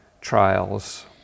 trials